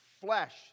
flesh